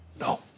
No